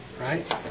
Right